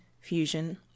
fusion